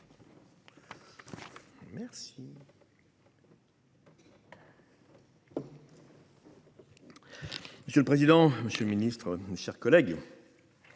Monsieur le président, Monsieur le Ministre, mes chers collègues,